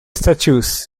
status